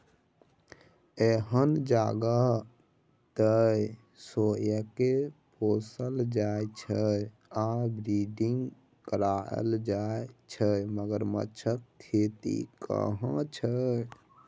एहन जगह जतय सोंइसकेँ पोसल जाइ छै आ ब्रीडिंग कराएल जाइ छै मगरमच्छक खेती कहय छै